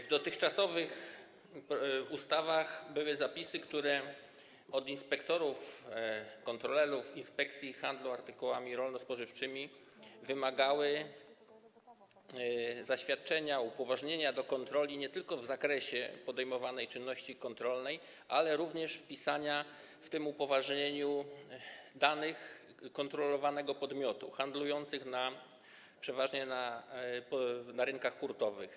W dotychczasowych ustawach były zapisy, które od inspektorów, kontrolerów inspekcji handlu artykułami rolno-spożywczymi wymagały zaświadczenia, upoważnienia do kontroli nie tylko w zakresie podejmowanej czynności kontrolnej, ale również wpisania w tym upoważnieniu danych kontrolowanych podmiotów handlujących przeważnie na rynkach hurtowych.